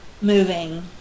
moving